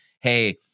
hey